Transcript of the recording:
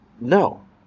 No